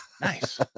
Nice